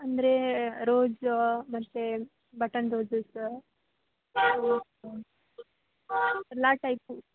ಅಂದರೆ ರೋಜ್ ಮತ್ತೆ button roses ಎಲ್ಲ ಟೈಪ್